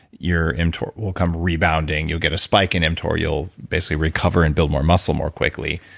your mtor will come rebounding. you'll get a spike in mtor, you'll basically recover and build more muscle more quickly,